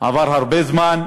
עבר הרבה זמן,